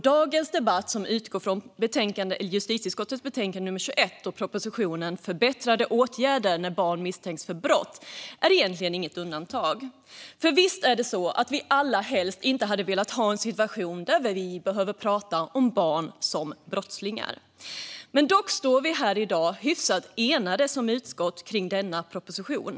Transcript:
Dagens debatt, som utgår från justitieutskottets betänkande nummer 21 och propositionen Förbättrade åtgärder när barn misstänks för brott , är inget undantag. Visst skulle vi alla helst vilja ha en situation där vi inte skulle behöva prata om barn som brottslingar. Dock står vi här i dag och är hyfsat enade som utskott kring denna proposition.